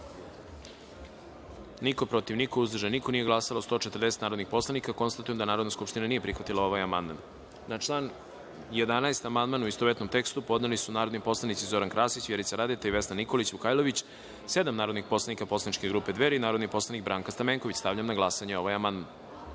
niko, protiv – niko, uzdržanih – nema, nije glasao 141 narodni poslanik. Konstatujem da Narodna skupština nije prihvatila ovaj amandman. Na član 25. amandman, u istovetnom tekstu, podneli su narodni poslanici Zoran Krasić, Vjerica Radeta i Momčilo Mandić, sa ispravkom, sedam narodnih poslanika poslaničke grupe Dveri i narodni poslanik Branka Stamenković. Stavljam na glasanje ovaj